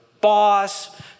boss